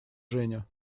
женя